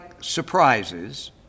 surprises